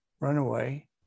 runaway